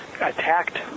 attacked